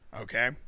Okay